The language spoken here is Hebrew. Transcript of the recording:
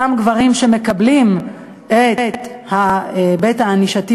אותם גברים שמקבלים את הטיפול הענישתי